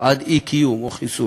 עד אי-קיום או חיסול.